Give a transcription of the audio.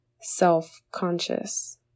self-conscious